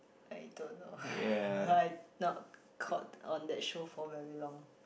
I don't know I've not caught on that show for very long